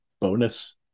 bonus